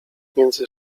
między